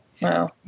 Wow